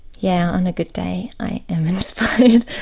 yeah, on a good day i am inspired,